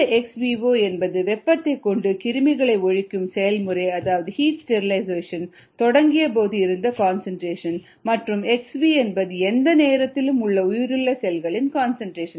lnkdt இங்கே xvo என்பது வெப்பத்தைக் கொண்டு கிருமிகளை ஒழிக்கும் செயல்முறை அதாவது ஹீட் ஸ்டெரிலைசேஷன் தொடங்கியபோது இருந்த கன்சன்ட்ரேஷன் மற்றும் xv என்பது எந்த நேரத்திலும் உள்ள உயிருள்ள செல்களின் கான்சன்ட்ரேசன்